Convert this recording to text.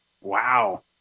Wow